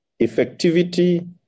Effectivity